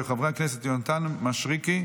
של חברי הכנסת יונתן מישרקי,